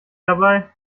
dabei